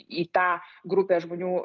į tą grupę žmonių